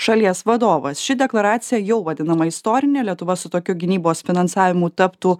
šalies vadovas ši deklaracija jau vadinama istorine lietuva su tokiu gynybos finansavimu taptų